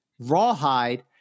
Rawhide